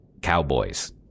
Cowboys